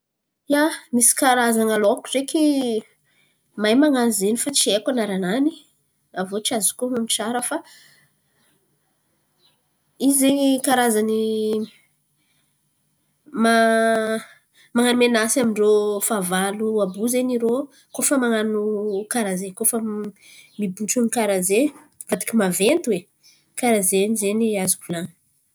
Ia, misy karazan̈a loko zen̈y mahay man̈ano zen̈y fa tsy haiko anara-nany. Aviô tsy azoko onon̈o tsara fa izy zen̈y karazan̈y ma- man̈ano menasy amindrô fahavalo àby io zen̈y irô koa fa man̈ano karà ze. Koa fa mibotron̈o karà ze mivadiky maventy oe karà zen̈y ze afaka hivolan̈ana.